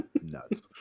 Nuts